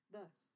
Thus